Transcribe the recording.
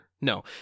No